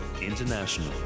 International